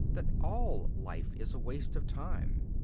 that all life is waste of time.